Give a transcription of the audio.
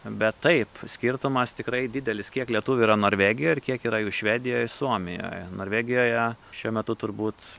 bet taip skirtumas tikrai didelis kiek lietuvių yra norvegijoj ir kiek yra jų švedijoj ir suomijoj norvegijoje šiuo metu turbūt